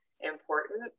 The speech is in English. important